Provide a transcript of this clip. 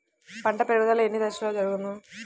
పంట పెరుగుదల ఎన్ని దశలలో జరుగును?